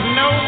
no